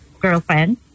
girlfriend